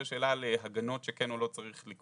זה השאלה של ההגנות שכן או לא צריך לקבוע.